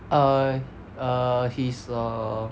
err err he's err